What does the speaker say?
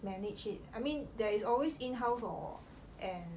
manage it I mean there is always inhouse or and